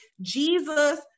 Jesus